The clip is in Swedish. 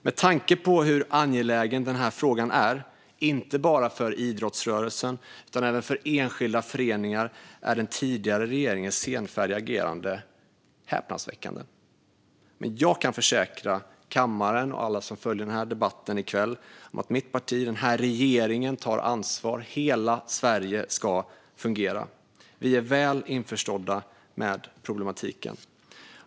Med tanke på hur angelägen den här frågan är, inte bara för idrottsrörelsen utan även för enskilda föreningar, är den tidigare regeringens senfärdiga agerande häpnadsväckande. Men jag kan försäkra kammaren och alla som följer den här debatten i kväll om att mitt parti och den här regeringen tar ansvar. Hela Sverige ska fungera. Vi är väl införstådda med problematiken.